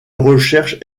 recherches